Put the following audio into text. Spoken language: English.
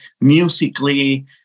musically